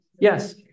Yes